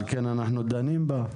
על כן אנחנו דנים בה.